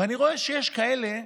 ואני רואה שיש כאלה,